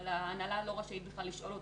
אבל ההנהלה לא רשאית בכלל לשאול אותו